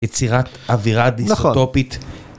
יצירת אווירה דיסוטופית.